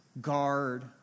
guard